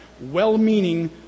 well-meaning